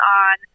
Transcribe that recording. on